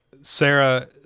Sarah